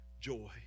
joy